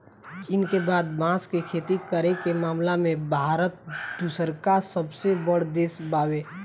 चीन के बाद बांस के खेती करे के मामला में भारत दूसरका सबसे बड़ देश बावे